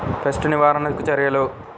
Pest నివారణకు చర్యలు?